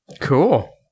Cool